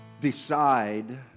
decide